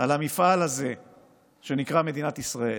על המפעל הזה שנקרא "מדינת ישראל".